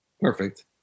Perfect